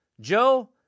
Joe